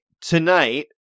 tonight